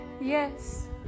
Yes